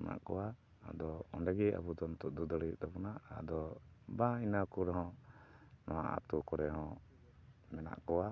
ᱢᱮᱱᱟᱜ ᱠᱚᱣᱟ ᱟᱫᱚ ᱚᱸᱰᱮᱜᱮ ᱟᱵᱚ ᱫᱚ ᱱᱤᱛᱳᱜ ᱫᱚ ᱫᱟᱹᱲ ᱦᱩᱭᱩᱜ ᱛᱟᱵᱚᱱᱟ ᱟᱫᱚ ᱵᱟᱝ ᱤᱱᱟᱹ ᱠᱚᱨᱮ ᱦᱚᱸ ᱱᱚᱣᱟ ᱟᱛᱳ ᱠᱚᱨᱮ ᱦᱚᱸ ᱢᱮᱱᱟᱜ ᱠᱚᱣᱟ